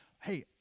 hey